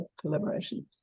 collaboration